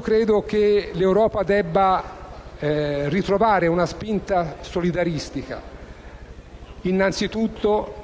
Credo che l'Europa debba ritrovare una spinta solidaristica, innanzitutto